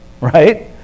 Right